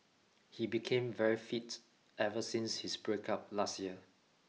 he became very fit ever since his breakup last year